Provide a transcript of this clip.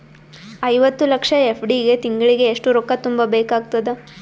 ಐವತ್ತು ಲಕ್ಷ ಎಫ್.ಡಿ ಗೆ ತಿಂಗಳಿಗೆ ಎಷ್ಟು ರೊಕ್ಕ ತುಂಬಾ ಬೇಕಾಗತದ?